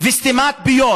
וסתימת פיות,